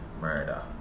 murder